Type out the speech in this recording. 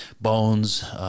bones